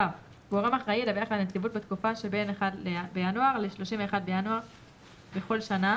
גורם אחראי ידווח לנציבות בתקופה שבין 1 בינואר ל-31 בינואר בכל שנה